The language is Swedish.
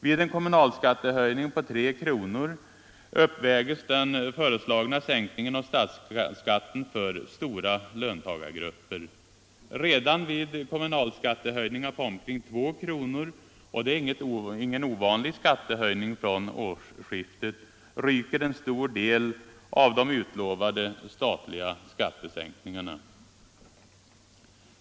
Vid en kommunalskattehöjning på 3 kronor uppvägs den föreslagna sänkningen av statsskatten för stora löntagargrupper. Redan vid kommunalskattehöjningar på omkring 2 kronor — och det är ingen ovanlig skattehöjning från årsskiftet — ryker en stor del av de utlovade statliga skattesänkningarna.